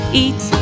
eat